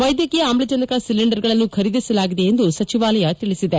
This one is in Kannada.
ವೈದ್ಯಕೀಯ ಆಮ್ಲಜನಕ ಸಿಲೆಂಡರ್ಗಳನ್ನು ಖರೀದಿಸಲಾಗಿದೆ ಎಂದು ಸಚಿವಾಲಯ ತಿಳಿಸಿದೆ